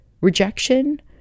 rejection